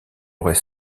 aurait